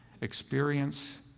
experience